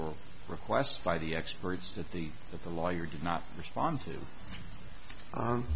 will request by the experts that the that the lawyer did not respond to